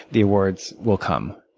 the awards will come.